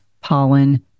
pollen